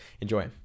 enjoy